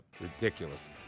Ridiculous